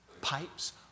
Pipes